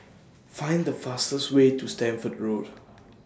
Find The fastest Way to Stamford Road